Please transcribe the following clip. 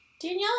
Danielle